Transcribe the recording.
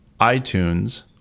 iTunes